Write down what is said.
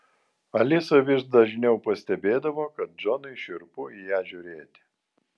alisa vis dažniau pastebėdavo kad džonui šiurpu į ją žiūrėti